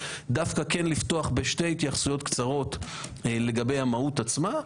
דווקא לפתוח בשתי התייחסויות קצרות לגבי המהות עצמה,